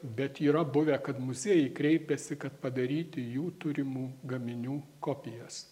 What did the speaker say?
bet yra buvę kad muziejai kreipiasi kad padaryti jų turimų gaminių kopijas